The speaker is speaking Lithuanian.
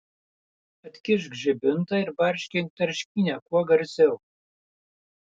atkišk žibintą ir barškink tarškynę kuo garsiau